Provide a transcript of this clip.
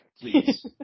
please